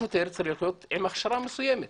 השוטר צריך להיות עם הכשרה מסוימת.